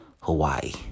Hawaii